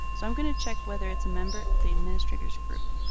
so i'm going to check whether it's a member of the administrator's group.